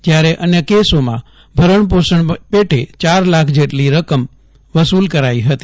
જ્યારે અન્ય કેસોમાં ભરણપોષણ પેટે ચાર લાખ જેટલી રકમની વસૂ લાતકરાઈ હતી